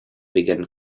began